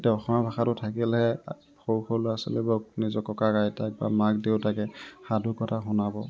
এতিয়া অসমীয়া ভাষাটো থাকিলেহে সৰু সৰু ল'ৰা ছোৱালীবোৰক নিজৰ ককাক আইতাক বা মাক দেউতাকে সাধু কথা শুনাব